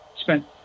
spent